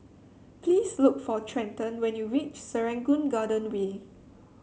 please look for Trenton when you reach Serangoon Garden Way